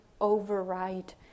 override